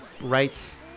right